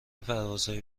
پروازهایی